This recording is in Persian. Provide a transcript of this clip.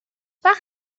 وقتی